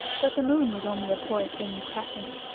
but the moon was only a poor thin crescent.